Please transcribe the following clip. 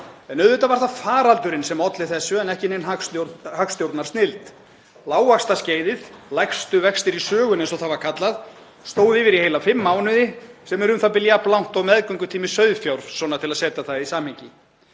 En auðvitað var það faraldurinn sem olli þessu en ekki nein hagstjórnarsnilld. Lágvaxtaskeiðið, lægstu vextir í sögunni, eins og það var kallað, stóð yfir í heila fimm mánuði, sem er u.þ.b. jafn langt og meðgöngutími sauðfjár, svona til að setja það í samhengi.